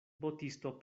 botisto